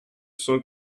cent